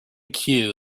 queue